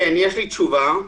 יש לי תשובה.